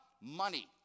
money